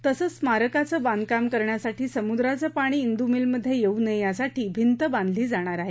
तसंच स्मारकाचं बांधकाम करण्यासाठी समुद्राचं पाणी ा देव् मिलमध्ये येऊ नये यासाठी भिंत बांधली जाणार आहे